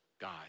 God